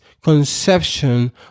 conception